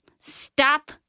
stop